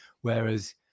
Whereas